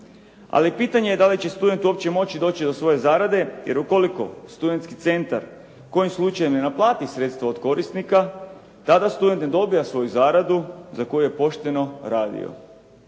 Ali pitanje je da li će student uopće moći doći do svoje zarade, jer ukoliko studentski centar u kojem slučaju ne plati sredstva od korisnika, tada student ne dobija svoju zaradu za koju je pošteno radio.